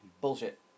Bullshit